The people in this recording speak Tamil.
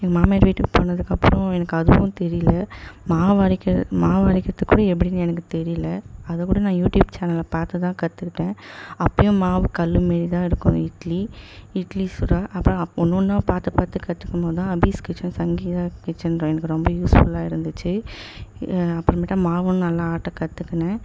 எங்கள் மாமியார் வீட்டுக்கு போனதுக்கப்புறோம் எனக்கு அதுவும் தெரியலை மாவு அரைக்க மாவு அரைக்கிறது கூட எப்படின்னு எனக்கு தெரியலை அதை கூட நான் யூடியூப் சேனலை பார்த்து தான் கற்றுக்கிட்டேன் அப்பையும் மாவு கல் மாரி தான் இருக்கும் இட்லி இட்லி சுட அப்புறோம் ஒன்று ஒன்னாக பார்த்து பார்த்து கற்றுக்கும்போது தான் அபீஸ் கிட்சன் சங்கீதா கிட்சன்ற எனக்கு ரொம்ப யூஸ்ஃபுல்லாக இருந்துச்சு அப்புறமேட்டா மாவும் நல்லா ஆட்டக் கற்றுக்குனேன்